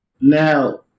Now